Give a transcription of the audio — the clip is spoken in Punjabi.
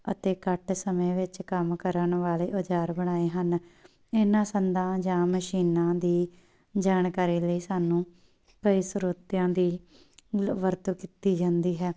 ਅਤੇ ਘੱਟ ਸਮੇਂ ਵਿੱਚ ਕੰਮ ਕਰਨ ਵਾਲੇ ਔਜ਼ਾਰ ਬਣਾਏ ਹਨ ਇਹਨਾਂ ਸੰਦਾਂ ਜਾਂ ਮਸ਼ੀਨਾਂ ਦੀ ਜਾਣਕਾਰੀ ਲਈ ਸਾਨੂੰ ਕਈ ਸਰੋਤਿਆਂ ਦੀ ਮਲ ਵਰਤੋਂ ਕੀਤੀ ਜਾਂਦੀ ਹੈ